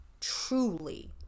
truly